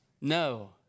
no